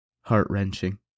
heart-wrenching